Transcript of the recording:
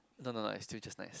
no no no is still just nice